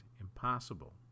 impossible